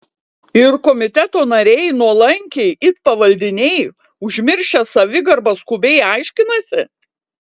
ir komiteto nariai nuolankiai it pavaldiniai užmiršę savigarbą skubiai aiškinasi